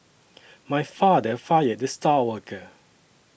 my father fired the star worker